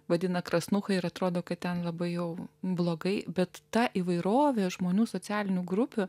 vadina krasnucha ir atrodo kad ten labai jau blogai bet ta įvairovė žmonių socialinių grupių